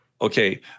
okay